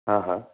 हा हा